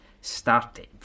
started